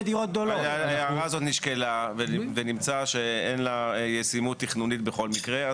הערה זו נשקלה ונמצא שאין לה ישימות תכנונית בכל מקרה.